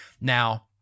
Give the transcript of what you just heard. now